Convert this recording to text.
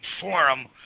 forum